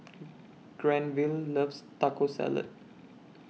Granville loves Taco Salad